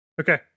Okay